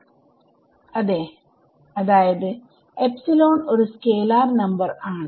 വിദ്യാർത്ഥി അതെ അതായത് ഒരു സ്കേലാർ നമ്പർ ആണ്